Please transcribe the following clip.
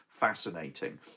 fascinating